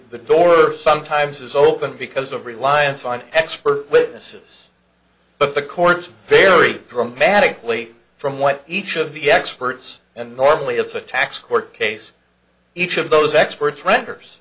the door sometimes is open because of reliance on expert witnesses but the courts vary dramatically from what each of the experts and normally it's a tax court case each of those experts renders